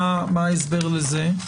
מה ההסבר לזה?